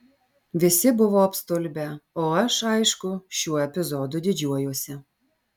visi buvo apstulbę o aš aišku šiuo epizodu didžiuojuosi